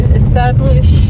establish